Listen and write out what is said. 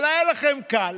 אבל היה לכם קל